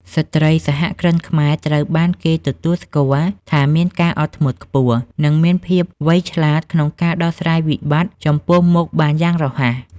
ស្ត្រីសហគ្រិនខ្មែរត្រូវបានគេទទួលស្គាល់ថាមានការអត់ធ្មត់ខ្ពស់ និងមានភាពវៃឆ្លាតក្នុងការដោះស្រាយវិបត្តិចំពោះមុខបានយ៉ាងរហ័ស។